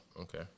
Okay